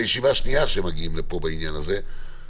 ישיבה שנייה שהם מגיעים לפה בעניין הזה.